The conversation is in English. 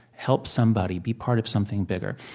help somebody? be part of something bigger?